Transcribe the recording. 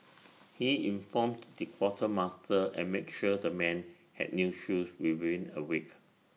he informed the quartermaster and make sure the men had new shoes within A week